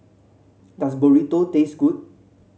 does Burrito taste good